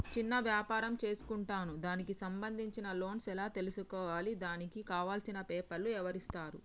చిన్న వ్యాపారం చేసుకుంటాను దానికి సంబంధించిన లోన్స్ ఎలా తెలుసుకోవాలి దానికి కావాల్సిన పేపర్లు ఎవరిస్తారు?